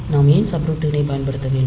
நாம் ஏன் சப்ரூட்டினைப் பயன்படுத்த வேண்டும்